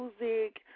music